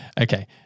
Okay